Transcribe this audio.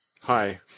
hi